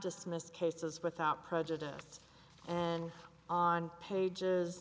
dismissed cases without prejudice and on pages